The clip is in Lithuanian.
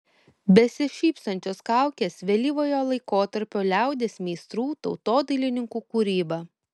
besišypsančios kaukės vėlyvojo laikotarpio liaudies meistrų tautodailininkų kūryba